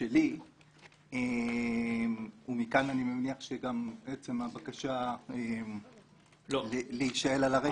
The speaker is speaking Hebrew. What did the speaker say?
שלי; ומכאן אני מניח שגם עצם הבקשה להישאל על הרקע להצעה.